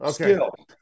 Okay